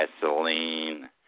gasoline